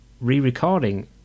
re-recording